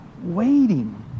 waiting